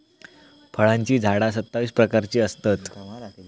फळांची झाडा सत्तावीस प्रकारची असतत